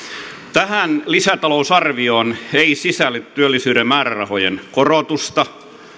tähän lisätalousarvioon ei sisälly työllisyyden määrärahojen korotusta